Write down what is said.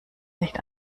nicht